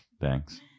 Thanks